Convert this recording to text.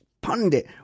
pundit